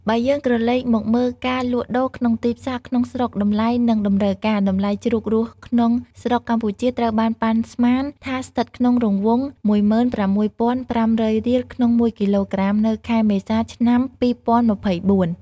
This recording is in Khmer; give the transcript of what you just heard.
បើយើងក្រលេកមកមើលការលក់ដូរក្នុងទីផ្សារក្នុងស្រុកតម្លៃ និងតម្រូវការ តម្លៃជ្រូករស់ក្នុងស្រុកកម្ពុជាត្រូវបានប៉ាន់ស្មានថាស្ថិតក្នុងរង្វង់ ១៦,៥០០ រៀលក្នុងមួយគីឡូក្រាមនៅខែមេសា ឆ្នាំ ២០២៤។